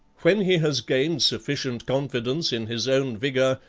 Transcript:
when he has gained sufficient confidence in his own vigor,